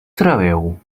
trobeu